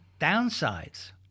downsides